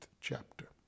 chapter